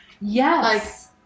Yes